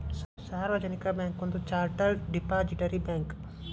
ಸಾರ್ವಜನಿಕ ಬ್ಯಾಂಕ್ ಒಂದ chartered depository bank